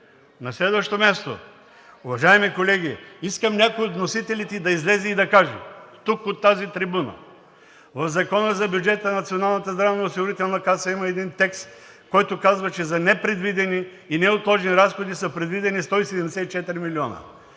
На следващо място, уважаеми колеги, искам някой от вносителите да излезе и да каже тук от тази трибуна – в Закона за бюджета на Националната здравноосигурителна каса има един текст, който казва, че за непредвидени и неотложни разходи са предвидени 174 милиона.